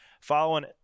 Following